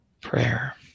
prayer